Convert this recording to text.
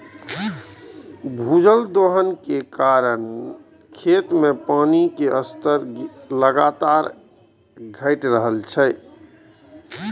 भूजल दोहन के कारण खेत मे पानिक स्तर लगातार घटि रहल छै